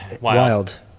Wild